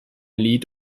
lied